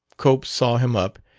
cope saw him up,